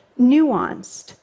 nuanced